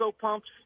pumps